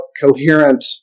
coherent